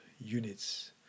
units